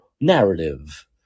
narrative